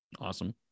Awesome